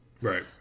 right